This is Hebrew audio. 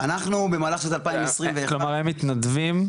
אנחנו במהלך 2021 --- כלומר הם מתנדבים?